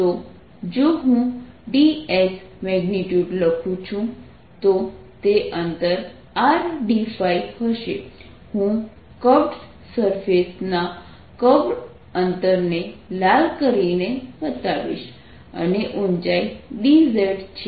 તો જો હું dS મેગ્નિટ્યુડ લખું છું તો તે અંતર Rdϕ હશે હું કર્વડ સરફેસ ના કર્વ અંતરને લાલ કરીને બતાવીશ અને ઉંચાઇ dz છે